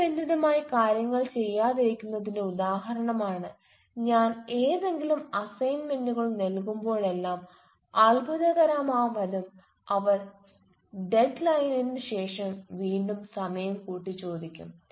സമയ ബന്ധിതമായി കാര്യങ്ങൾ ചെയ്യാതിരിക്കുന്നതിന്റെ ഉദാഹരമാണ് ഞാൻ ഏതെങ്കിലും അസൈൻമെന്റുകൾ നൽകുമ്പോഴെല്ലാം അത്ഭുതകരമാംവിധം അവർ ഡെഡ് ലൈനിനു ശേഷം വീണ്ടും സമയം കൂടി ചോദിക്കും